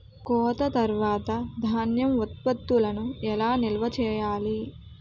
కోత తర్వాత ధాన్యం ఉత్పత్తులను ఎలా నిల్వ చేయాలి?